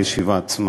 הישיבה עצמה.